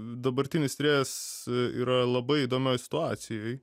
dabartinis tyrėjas yra labai įdomioj situacijoj